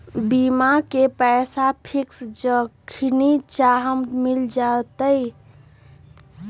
बीमा के पैसा फिक्स जखनि चाहम मिल जाएत?